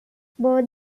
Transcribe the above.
both